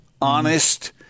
honest